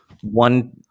One